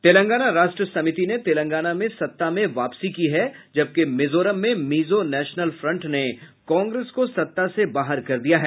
तेलंगाना राष्ट्र समिति ने तेलंगाना में सत्ता में वापसी की है जबकि मिजोरम में मिजो नेशनल फ्रंट ने कांग्रेस को सत्ता से बाहर कर दिया है